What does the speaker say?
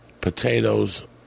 Potatoes